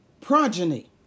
progeny